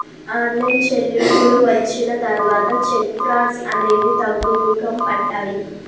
online చెల్లింపులు వచ్చిన తర్వాత చెక్ ఫ్రాడ్స్ అనేవి తగ్గుముఖం పట్టాయి